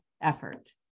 effort